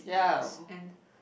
yeah